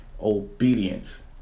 Obedience